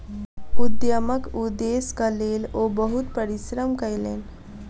उद्यमक उदेश्यक लेल ओ बहुत परिश्रम कयलैन